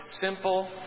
simple